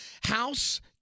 House